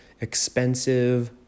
expensive